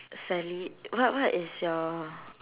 sally what what is your